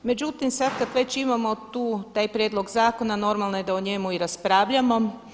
Međutim, sada kada već imamo tu, taj prijedlog zakona, normalno je da o njemu i raspravljamo.